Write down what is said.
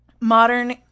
modern